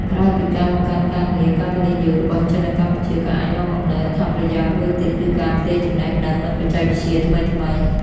ក្រៅពីការបង្កើតការងារ ការវិនិយោគរបស់ចិននៅកម្ពុជាក៏អាចនាំមកនូវអត្ថប្រយោជន៍មួយទៀតគឺការផ្ទេរចំណេះដឹង និងបច្ចេកវិទ្យាថ្មីៗ។